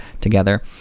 together